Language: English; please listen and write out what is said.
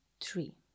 three